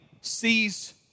sees